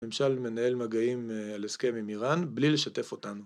הממשל מנהל מגעים על הסכם עם איראן בלי לשתף אותנו